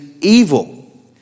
evil